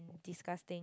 disgusting